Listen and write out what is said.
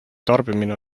tarbimine